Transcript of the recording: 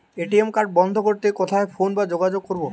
ATM card বন্ধ করতে কোথায় ফোন বা যোগাযোগ করব?